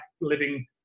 living